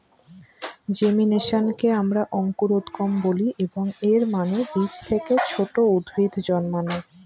জেমিনেশনকে আমরা অঙ্কুরোদ্গম বলি, এবং এর মানে বীজ থেকে ছোট উদ্ভিদ জন্মানো